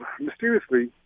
mysteriously